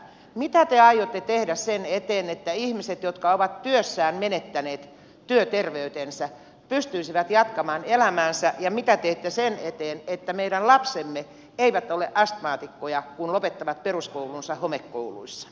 mitä te aiotte tehdä sen eteen että ihmiset jotka ovat työssään menettäneet työterveytensä pystyisivät jatkamaan elämäänsä ja mitä teette sen eteen että meidän lapsemme eivät ole astmaatikkoja kun he lopettavat peruskoulunsa homekouluissa